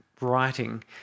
writing